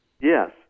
Yes